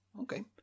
okay